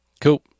cool